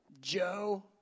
Joe